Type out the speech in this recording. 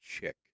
Chick